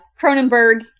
Cronenberg